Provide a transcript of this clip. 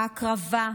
ההקרבה,